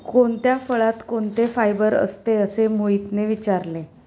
कोणत्या फळात कोणते फायबर असते? असे मोहितने विचारले